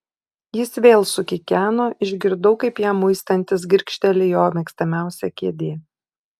jis vėl sukikeno išgirdau kaip jam muistantis girgžteli jo mėgstamiausia kėdė